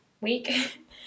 week